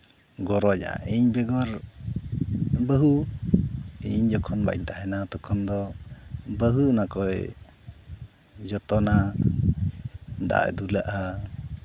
ᱜᱚᱨᱚᱡᱟᱜᱼᱟ ᱤᱧ ᱵᱮᱜᱚᱨ ᱵᱟᱹᱦᱩ ᱤᱧ ᱡᱚᱠᱷᱚᱱ ᱵᱟᱹᱧ ᱛᱟᱦᱮᱱᱟ ᱛᱚᱠᱷᱚᱱ ᱫᱚ ᱵᱟᱹᱦᱩ ᱚᱱᱟᱠᱚᱭ ᱡᱚᱛᱚᱱᱟ ᱫᱟᱜ ᱮ ᱫᱩᱞᱟᱜᱼᱟ